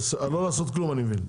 לא לעשות כלום אני מבין?